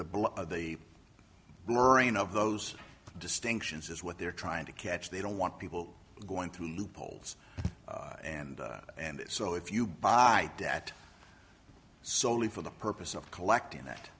the brain of those distinctions is what they're trying to catch they don't want people going through loopholes and and so if you buy that solely for the purpose of collecting that